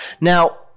Now